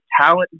talent